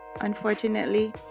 Unfortunately